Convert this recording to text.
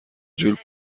جور